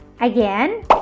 Again